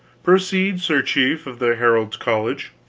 proceed, sir chief of the herald's college.